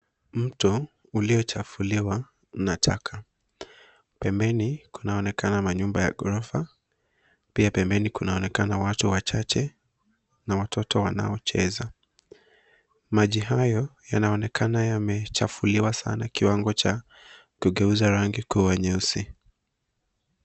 Mto uliochafuliwa na taka, pembeni kunaonekana manyumba ya ghorofa pia pembeni kunaonekana watu wachache na watoto wanaocheza. Maji hayo yanonekana yamechafuliwa sana kiwango cha kugeuza rangi kua nyeusi.